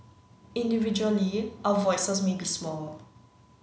individually our voices may be small